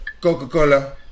Coca-Cola